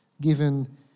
given